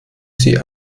sie